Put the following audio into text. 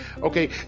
okay